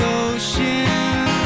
ocean